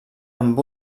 amb